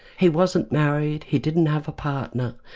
he wasn't married. he didn't have a partner.